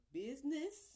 business